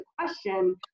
question